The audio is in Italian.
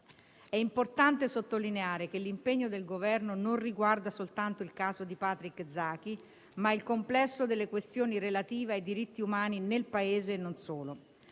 È importante sottolineare che l'impegno del Governo non riguarda soltanto il caso di Patrick Zaki, ma il complesso delle questioni relative ai diritti umani nel Paese e non solo.